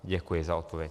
Děkuji za odpověď.